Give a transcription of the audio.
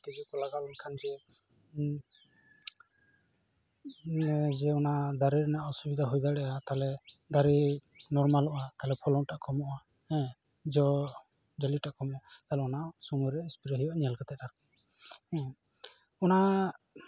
ᱛᱮᱡᱩ ᱠᱚ ᱞᱟᱜᱟᱣ ᱞᱮᱱᱠᱷᱟᱱ ᱜᱮ ᱡᱮ ᱚᱱᱟ ᱫᱟᱨᱮ ᱨᱮᱱᱟᱜ ᱚᱥᱩᱵᱤᱫᱟ ᱦᱩᱭ ᱫᱟᱲᱮᱭᱟᱜᱼᱟ ᱛᱟᱞᱦᱮ ᱫᱟᱨᱮ ᱱᱚᱨᱢᱟᱞᱚᱜᱼᱟ ᱛᱟᱞᱦᱮ ᱯᱷᱚᱞᱚᱱ ᱴᱟᱠᱚᱢᱚᱜᱼᱟ ᱦᱮᱸ ᱡᱚ ᱡᱟᱹᱞᱤᱴᱟᱜ ᱠᱚᱢᱚᱜᱼᱟ ᱟᱫᱚ ᱚᱱᱟ ᱦᱚᱸ ᱥᱚᱢᱚᱭ ᱨᱮ ᱥᱯᱨᱮ ᱦᱩᱭᱩᱜᱼᱟ ᱧᱮᱞ ᱠᱟᱛᱮ ᱟᱨᱠᱤ ᱚᱱᱟ